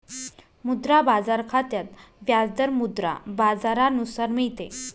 मुद्रा बाजार खात्यात व्याज दर मुद्रा बाजारानुसार मिळते